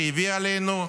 שהביאה עלינו,